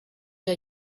der